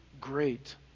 great